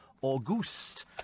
August